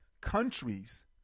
countries